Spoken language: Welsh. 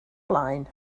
blaen